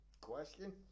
question